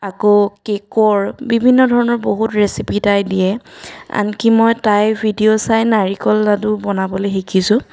আকৌ কেকৰ বিভিন্ন ধৰণৰ বহুত ৰেচিপি তাই দিয়ে আনকি মই তাইৰ ভিডিঅ' চাই নাৰিকলৰ লাডু বনাবলৈ শিকিছোঁ